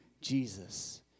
Jesus